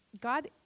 God